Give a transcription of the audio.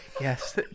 yes